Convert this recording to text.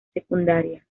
secundaria